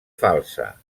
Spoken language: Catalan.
falsa